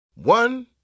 One